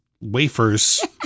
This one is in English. wafers